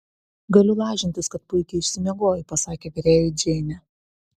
galiu lažintis kad puikiai išsimiegojai pasakė virėjui džeinė